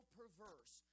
perverse